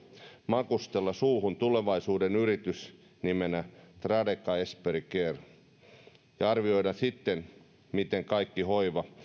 makustella suuhun tulevaisuuden yritys nimenä tradeka esperi care ja arvioida sitten miten kaikki hoiva